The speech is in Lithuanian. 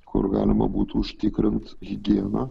kur galima būtų užtikrint higieną